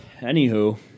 Anywho